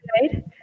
right